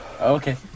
Okay